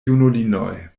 junulinoj